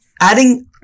adding